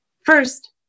First